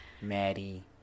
Maddie